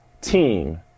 team